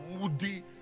moody